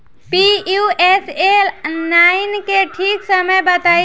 Pusa nine के ठीक समय बताई जाई?